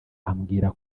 ambwira